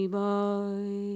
boy